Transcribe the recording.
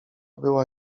była